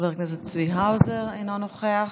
חבר הכנסת צבי האוזר, אינו נוכח,